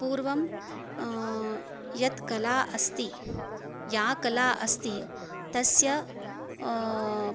पूर्वं यत् कला अस्ति या कला अस्ति तस्य